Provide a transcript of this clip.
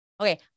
Okay